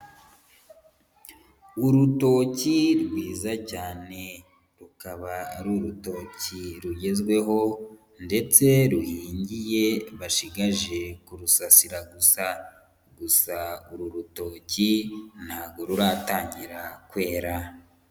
Urutoki rwiza cyane rukaba ari urutoki rugezweho ndetse ruhingiye bashigaje kurusasira gusa, gusa uru rutoki ntago ruratangira kwera.